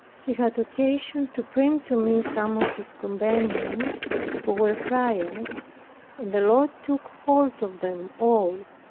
he had occasion to bring to me some of his companions who were friars and the lord took hold of them all.